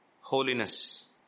holiness